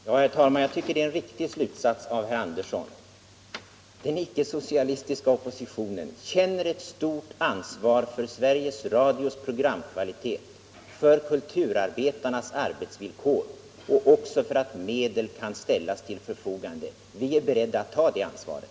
Herr talman! Jag tycker det är en viktig slutsats av herr Andersson i Lycksele. Den icke-socialistiska oppositionen känner ett stort ansvar för Sveriges Radios programkvalitet, för kulturarbetarnas arbetsvillkor och även för att medel kan ställas till förfogande. Vi för vår del är beredda alt ta det ansvaret.